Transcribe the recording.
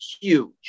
huge